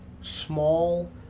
small